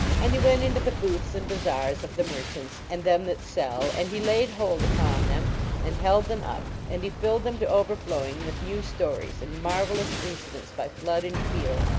and he went into the booths and bazars of the merchants and them that sell, and he laid hold upon them and held them up, and he filled them to overflowing with new stories and marvelous incidents by flood and field,